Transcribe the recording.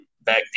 back